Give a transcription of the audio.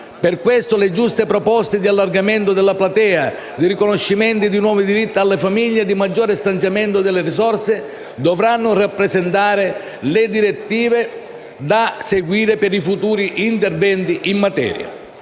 Per questo, le giuste proposte di allargamento della platea, di riconoscimento di nuovi diritti alle famiglie e di maggior stanziamento delle risorse dovranno rappresentare le direttive da seguire per i futuri interventi in materia.